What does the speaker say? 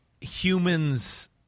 human's